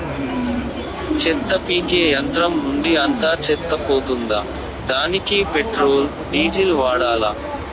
చెత్త పీకే యంత్రం నుండి అంతా చెత్త పోతుందా? దానికీ పెట్రోల్, డీజిల్ వాడాలా?